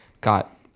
got